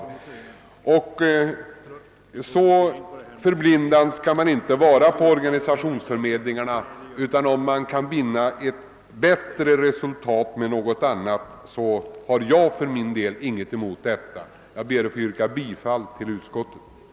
Man skall inte vara så förblindad när det gäller organisationsförmedlingarna att man inte kan välja någonting annat om man därmed kan nå bättre resultat på detta arbetsområde. Jag ber att få yrka bifall till utskottets hemställan.